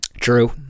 True